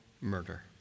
murder